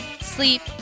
sleep